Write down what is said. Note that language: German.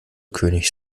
könig